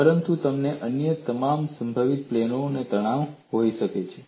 પરંતુ તમને અન્ય તમામ સંભવિત પ્લેનો પર તણાવ હોઈ શકે છે